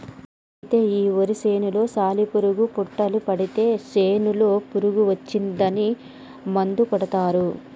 అయితే ఈ వరి చేనులో సాలి పురుగు పుట్టులు పడితే చేనులో పురుగు వచ్చిందని మందు కొడతారు